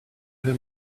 her